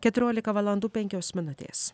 keturiolika valandų penkios minutės